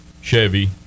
Chevy